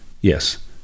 Yes